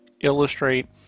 illustrate